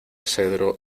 cedro